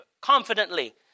confidently